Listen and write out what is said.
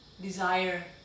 desire